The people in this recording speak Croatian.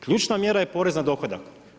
Ključna mjera je porez na dohodak.